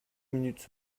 minutes